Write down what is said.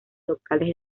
locales